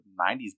90s